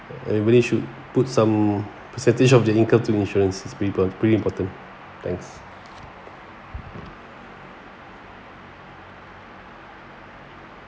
everybody should put some percentage of their income to insurance it's pretty important thanks